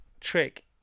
trick